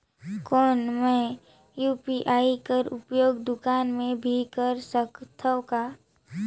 कौन मै यू.पी.आई कर उपयोग दुकान मे भी कर सकथव का?